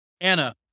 Anna